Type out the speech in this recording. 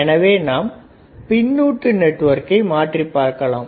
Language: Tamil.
எனவே நாம் பின்னுட்டு நெட்வொர்க்கை மாற்றிப் பார்க்கலாம்